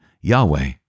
Yahweh